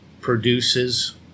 produces